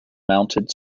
mounted